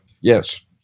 yes